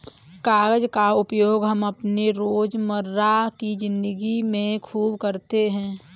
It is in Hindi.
कागज का उपयोग हम अपने रोजमर्रा की जिंदगी में खूब करते हैं